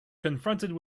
confronted